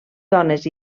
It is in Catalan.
dones